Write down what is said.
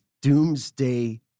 doomsday